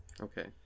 Okay